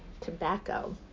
tobacco